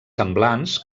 semblants